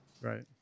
Right